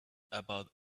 about